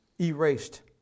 Erased